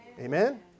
Amen